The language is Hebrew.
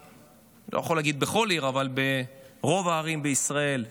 כמעט, אני לא יכול להגיד שבכל עיר אבל ברוב הערים בישראל,